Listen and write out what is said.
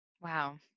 Wow